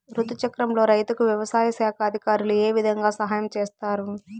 రుతు చక్రంలో రైతుకు వ్యవసాయ శాఖ అధికారులు ఏ విధంగా సహాయం చేస్తారు?